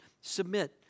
submit